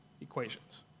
equations